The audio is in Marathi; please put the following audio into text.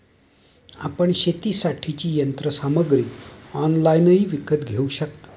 आपण शेतीसाठीची यंत्रसामग्री ऑनलाइनही विकत घेऊ शकता